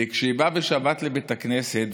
וכשהיא באה בשבת לבית הכנסת,